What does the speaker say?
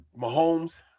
Mahomes